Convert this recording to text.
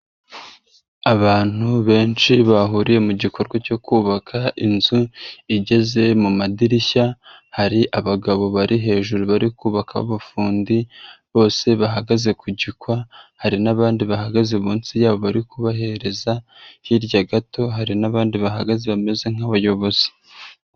Abantu benshi bahuriye mu gikorwa cyo kubaka inzu igeze mu madirishya, hari abagabo bari hejuru bari kubaka b'abafundi, bose bahagaze ku gikwa, hari n'abandi bahagaze munsi yabo bari kubahereza hirya gato hari n'abandi bahagaze bameze nk'abayobozi.